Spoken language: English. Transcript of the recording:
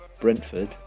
Brentford